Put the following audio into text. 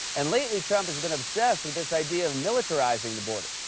and lately, trump has been obsessed with this idea of militarizing the border.